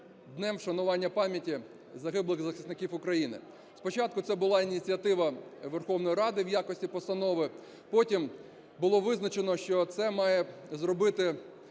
днем вшанування пам'яті загиблих захисників України. Спочатку це була ініціатива Верховної Ради в якості постанови, потім було визначено, що це має зробити,